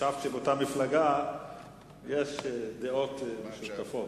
חשבתי שבאותה מפלגה יש דעות משותפות.